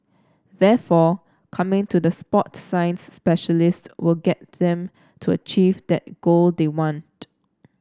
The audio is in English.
therefore coming to the sport science specialists will get them to achieve that goal they want